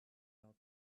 out